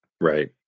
Right